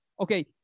okay